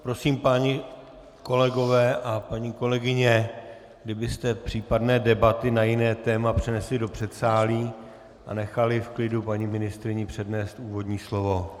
Prosím, páni kolegové a paní kolegyně, kdybyste případné debaty na jiné téma přenesli do předsálí a nechali v klidu paní ministryni přednést úvodní slovo.